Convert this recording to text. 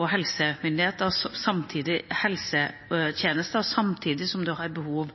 og helsetjenester, samtidig som en har behov